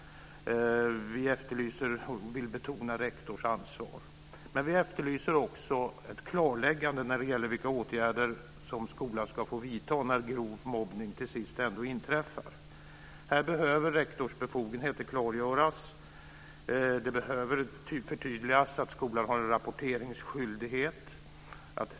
Vi vill betona rektors ansvar. Vi efterlyser också ett klarläggande av vilka åtgärder som skolan ska få vidta när grov mobbning till sist ändå inträffar. Här behöver rektors befogenheter klargöras. Det behöver förtydligas att skolan har en rapporteringsskyldighet.